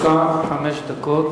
לרשותך חמש דקות.